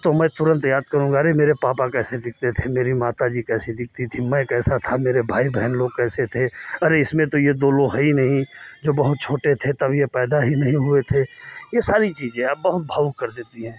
तो मैं तुरन्त याद करूँगा अरे मेरे पापा कैसे दिखते थे मेरी माता जी कैसी दिखती थी मैं कैसा था मेरे भाई बहन लोग कैसे थे अरे इसमें तो ये दो लोग है ही नहीं जो बहुत छोटे थे तब ये पैदा ही नहीं हुए थे ये सारी चीज़ें अब बहुत भावुक कर देती हैं